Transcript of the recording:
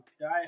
Die